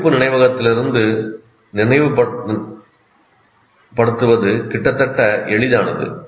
அறிவிப்பு நினைவகத்திலிருந்து நினைவுபடுத்துவது கிட்டத்தட்ட எளிதானது